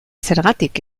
zergatik